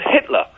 Hitler